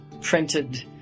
printed